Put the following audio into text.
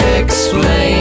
explain